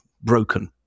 broken